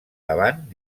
davant